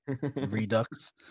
redux